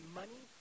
money